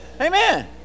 amen